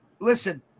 listen